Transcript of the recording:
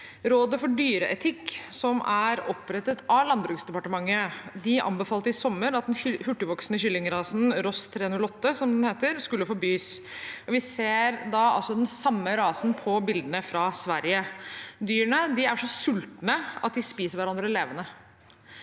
Rådet for dyreetikk, som er opprettet av Landbruksdepartementet, anbefalte i sommer at den hurtigvoksende kyllingrasen Ross 308, som den heter, skulle forbys. Vi ser altså den samme rasen på bildene fra Sverige. Dyrene er så sultne at de spiser hverandre levende.